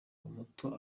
umuto